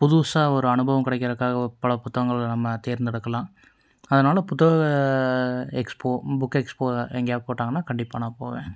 புதுசாக ஒரு அனுபவம் கெடைக்கிறதுக்காக பல புத்தகங்களில் நம்ம தேர்ந்தெடுக்கலாம் அதனால புத்தக எக்ஸ்போ புக் எக்ஸ்போ எங்கேயா போட்டாங்கன்னா கண்டிப்பாக நான் போவேன்